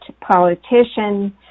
politician